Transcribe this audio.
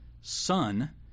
son